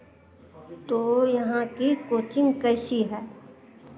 तो यहाँ की कोचिंग कैसी है